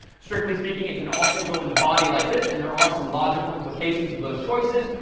strictly speaking, it can also go in the body like this, and there are some logical implications of those choices.